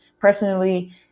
personally